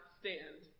stand